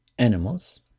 animals